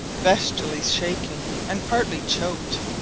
bestially shaken, and partly choked.